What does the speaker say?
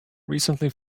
recently